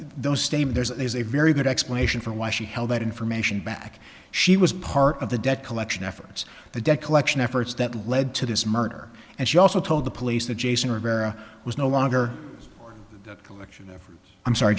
those states there's a very good explanation for why she held that information back she was part of the debt collection efforts the debt collection efforts that led to this murder and she also told the police that jason rivera was no longer